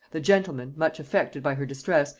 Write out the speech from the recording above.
the gentleman, much affected by her distress,